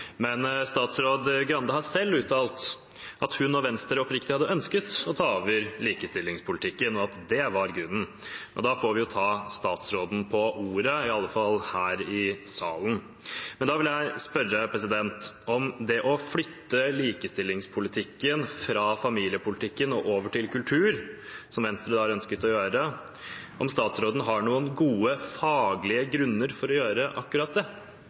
Men statsråd Skei Grande har selv uttalt at hun og Venstre oppriktig hadde ønsket å ta over likestillingspolitikken, og at det var grunnen. Da får vi ta statsråden på ordet – i alle fall her i salen. Da vil jeg spørre om det å flytte likestillingspolitikken fra familiepolitikken og over til kultur, som Venstre har ønsket å gjøre: Har statsråden noen gode faglige grunner for å gjøre akkurat det?